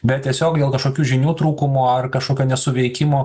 bet tiesiog dėl kažkokių žinių trūkumo ar kažkokio nesuveikimo